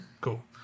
cool